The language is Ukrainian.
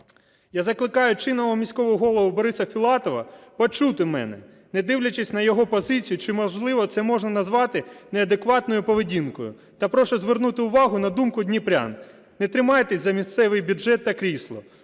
Я закликаю чинного міського голову Бориса Філатова почути мене, не дивлячись на його позицію, чи, можливо, це можна назвати неадекватною поведінкою, та прошу звернути увагу на думку дніпрян. Не тримайтесь за місцевий бюджет та крісло.